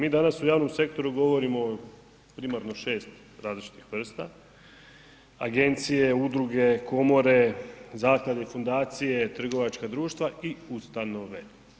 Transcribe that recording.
Mi danas u javnom sektoru govorimo o primarno 6 različitih vrsta, agencije, udruge, komore, zaklade, fundacije, trgovačka društva i ustanove.